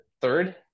third